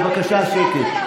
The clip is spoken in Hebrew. בבקשה שקט.